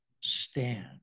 stand